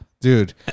dude